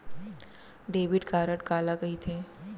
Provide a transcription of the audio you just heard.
Debit card काला कहिथे?